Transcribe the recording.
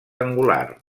angular